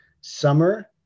summer